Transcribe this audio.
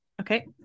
Okay